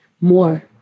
more